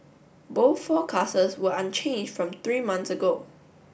both forecasts were unchanged from three months ago